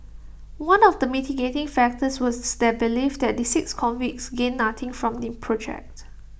one of the mitigating factors was their belief that the six convicts gained nothing from the project